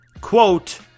quote